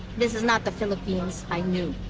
this is not the philippines i knew.